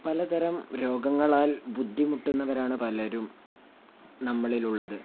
പലതരം രോഗങ്ങളാൽ ബുദ്ധിമുട്ടുന്നവരാണ് പലരും നമ്മളിലുള്ളത്